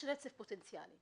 יש יתרון לגודל,